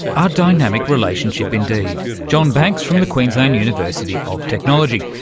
ah dynamic relationship indeed. john banks from the queensland university of technology.